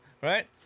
Right